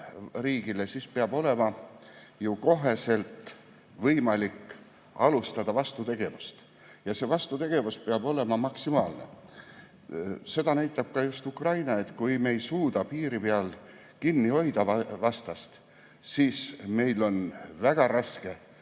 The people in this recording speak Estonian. riigile, siis peab olema ju kohe võimalik alustada vastutegevust ja see vastutegevus peab olema maksimaalne. Seda näitab ka Ukraina, et kui me ei suuda piiri peal kinni hoida vastast, siis meil on väga raske